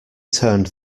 turned